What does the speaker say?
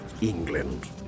England